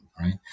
right